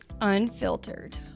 unfiltered